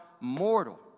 mortal